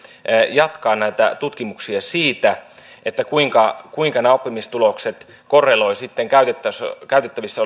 jatkaa näitä tutkimuksia siitä kuinka kuinka nämä oppimistulokset korreloivat sitten käytettävissä käytettävissä